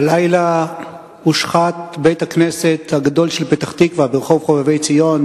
הלילה הושחת בית-הכנסת הגדול של פתח-תקווה ברחוב חובבי-ציון,